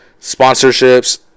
sponsorships